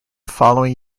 following